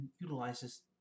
utilizes